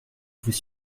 vous